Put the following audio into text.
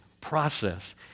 process